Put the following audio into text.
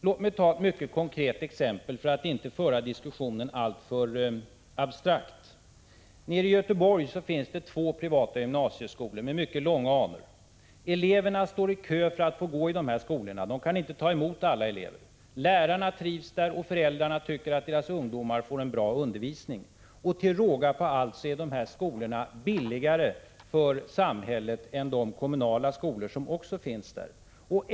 Låt mig ta ett mycket konkret exempel, för att inte föra diskussionen alltför abstrakt. I Göteborg finns två privata gymnasieskolor med mycket gamla anor. Eleverna står i kö för att få 15 gå i de här skolorna. De kan inte ta emot alla elever. Lärarna trivs och föräldrarna tycker att deras ungdomar får en bra undervisning. Till råga på allt är de här skolorna billigare för samhället än de kommunala skolor som också finns.